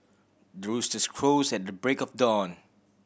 the roosters crows at the break of dawn